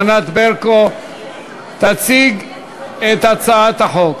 ענת ברקו תציג את הצעת החוק.